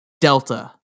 Delta